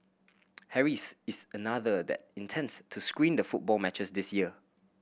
Harry's is another that intends to screen the football matches this year